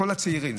כל הצעירים,